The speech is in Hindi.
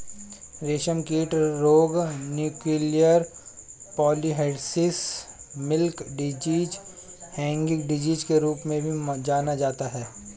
रेशमकीट रोग nuclear polyhedrosis, milky disease, hanging disease के रूप में भी जाना जाता है